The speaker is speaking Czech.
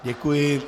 Děkuji.